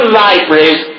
libraries